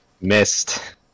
Missed